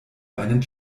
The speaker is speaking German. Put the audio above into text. einen